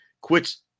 quits